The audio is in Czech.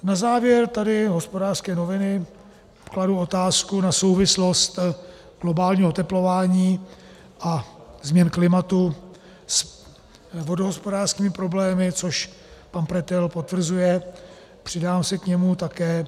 Na závěr tady Hospodářské noviny kladou otázku na souvislost globálního oteplování a změn klimatu s vodohospodářskými problémy, což pan Pretel potvrzuje, přidám se k němu také.